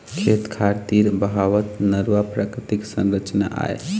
खेत खार तीर बहावत नरूवा प्राकृतिक संरचना आय